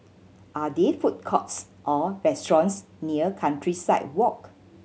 are there food courts or restaurants near Countryside Walk